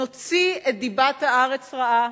נוציא את דיבת הארץ רעה.